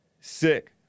Sick